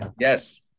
Yes